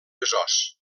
besòs